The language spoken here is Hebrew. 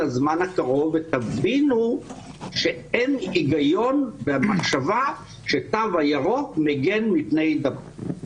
הזמן הקרוב ותבינו שאין היגיון במחשבה שהתו הירוק מגן מפני הידבקות.